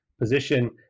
position